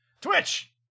Twitch